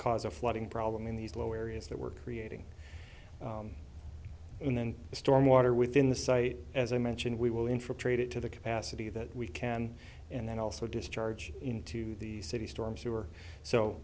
cause a flooding problem in these low areas that we're creating and then the storm water within the site as i mentioned we will infiltrate it to the capacity that we can and then also discharge into the city storm sewer so